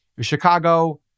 Chicago